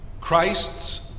Christ's